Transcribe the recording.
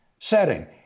setting